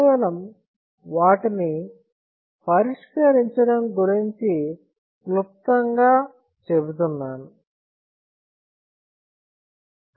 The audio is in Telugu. కేవలం వాటిని పరిష్కరించడం గురించి క్లుప్తంగా చెబుతున్నాను